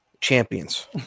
champions